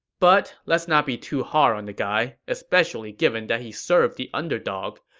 but, let's not be too hard on the guy, especially given that he served the underdog.